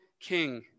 king